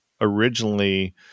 originally